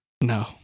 No